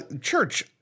Church